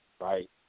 Right